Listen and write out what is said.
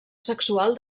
sexual